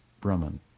Brahman